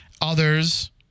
Others